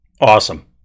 Awesome